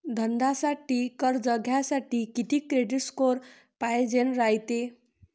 धंद्यासाठी कर्ज घ्यासाठी कितीक क्रेडिट स्कोर पायजेन रायते?